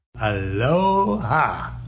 Aloha